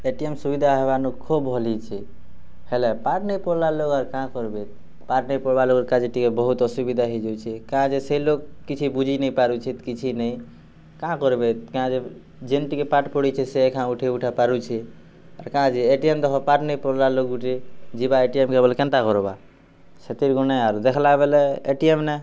ATM ସୁବିଧା ହେବର୍ନୁ ଖୋବ୍ ଭଲ୍ ହେଇଛେ ହେଲେ ପାଠ୍ ନାଇ ପଢ଼୍ଲା ଲୋକ୍ ଆର୍ କାଁ କର୍ବେ ପାଠ୍ ନାଇ ପଢ଼୍ଲା ଲୋକ୍ କା'ଯେ ଟିକେ ବହୁତ୍ ଅସୁବିଧା ହେଇଯାଉଛେ କା'ଯେ ସେ ଲୋକ୍ କିଛି ବୁଝି ନି ପାରୁଛେ କିଛି ନି କାଁ କର୍ବେ କାଁ ଯେ ଯେନ୍ ଟିକେ ପାଠ୍ ପଢ଼ିଛେ ସେ ଏକା ଉଠିଉଠା ପାରୁଛେ କା'ଯେ ଏଟିଏମ୍ ଦେଖ ପାଠ୍ ନାଇ ପଢ଼୍ଲାରୁ ଗୁଟେ ଲୋକ୍ ଯିବା ଏଟିଏମ୍ ବେଲେ କେନ୍ତା କର୍ବା ବା ସେଥିକାଯେ ଆରୁ ହେଲା ବେଲେ ଏଟିଏମ୍ ନେ